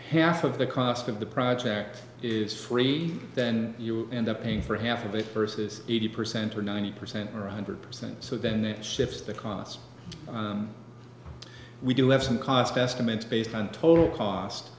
half of the cost of the project is free then you end up paying for half of it versus eighty percent or ninety percent or one hundred percent so then that shifts the cost we do have some cost estimates based on total cost